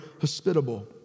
hospitable